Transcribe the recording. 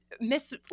Miss